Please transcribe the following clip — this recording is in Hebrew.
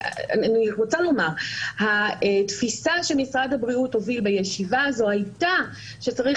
אני רוצה לומר שהתפיסה שמשרד הבריאות הוביל בישיבה הזאת הייתה שצריך